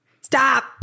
Stop